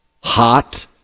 Hot